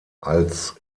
als